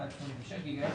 עד 86 גיגה הרץ,